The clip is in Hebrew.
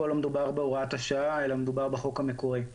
פה לא מדובר בהוראת השעה אלא מדובר בחוק המקורי.